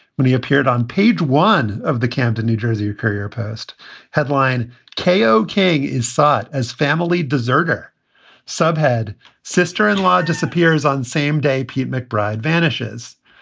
when he appeared on page one of the camden, new jersey career post headline k zero. king is sought as family deserter subhead sister in law disappears on same day, pete mcbride vanishes.